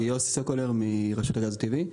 יוסי סוקולר מרשות הגז הטבעי.